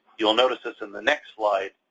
you will notice this in the next slide,